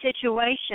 situation